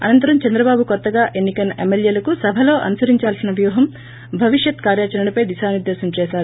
అనంతరం చంద్రబాబు కోత్తగా ఎన్పికైన ఎమ్మెల్వేలకు సభలో అనుసరించాల్సిన వ్యూహం భవిష్యత్ కార్యాచరణపై దిశానిర్దేశం చేశారు